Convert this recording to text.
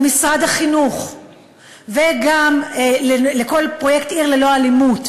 למשרד החינוך וגם לכל פרויקט "עיר ללא אלימות"